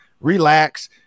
Relax